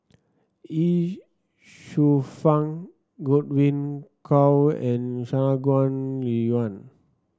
Ye Shufang Godwin Koay and Shangguan Liuyun